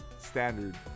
standard